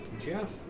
Jeff